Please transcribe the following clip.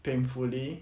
painfully